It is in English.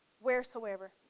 wheresoever